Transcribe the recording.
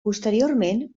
posteriorment